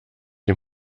dem